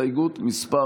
הסתייגות מס'